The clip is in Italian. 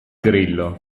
grillo